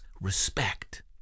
respect